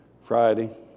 Friday